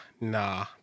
nah